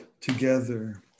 together